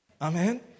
Amen